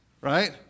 Right